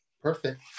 perfect